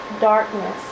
darkness